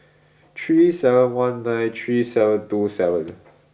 three seven one nine three seven two seven